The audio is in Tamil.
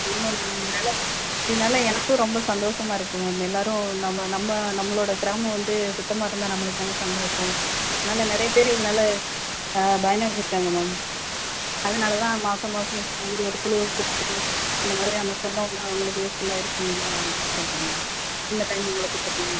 இல்லை மேம் என்னால் இதனால எனக்கும் ரொம்ப சந்தோசமாக இருக்குது மேம் எல்லோரும் நம்ம நம்ம நம்மளோடய கிராமம் வந்து சுத்தமாக இருந்தால் நம்மளுக்கு தானே சந்தோசம் அதனால் நிறைய பேரு இதனால ஆ பயனடைஞ்சிருக்காங்க மேம் அதனால் தான் மாசம் மாசம் இந்த மாரி ஒரு குழுவை கூப்பிட்டு இந்த மாதிரி நம்ம சொன்னோம்னா அவங்களுக்கு யூஸ்ஃபுல்லாக இருக்கும்னுந்தான் சொல்கிறேன் மேம் இந்த டைமில் உங்களை கூப்பிட்டுருக்கேன் மேம்